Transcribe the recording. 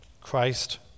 Christ